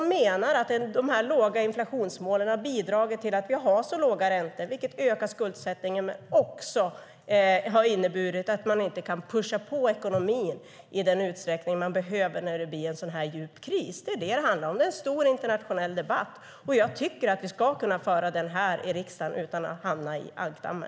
Man menar att de låga inflationsmålen har bidragit till att vi har så låga räntor, vilket ökar skuldsättningen och också har inneburit att man inte kan pusha på ekonomin i den utsträckning man behöver när det blir en sådan djup kris. Det är detta det handlar om. Det är en stor internationell debatt, och jag tycker att vi ska kunna föra den här i riksdagen utan att hamna i ankdammen.